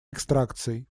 экстракцией